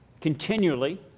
continually